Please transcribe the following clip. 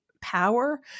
power